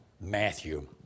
Matthew